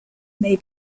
may